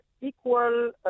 equal